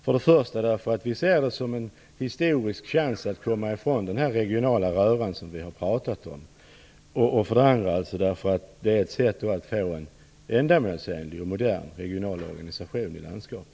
För det första ser vi det som en historik chans att komma ifrån den regionala röra vi har pratat om, och för det andra är det ett sätt att få en ändamålsenlig och modern regional organisation i landskapet.